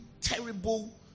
terrible